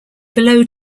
below